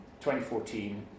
2014